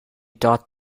taught